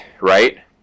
right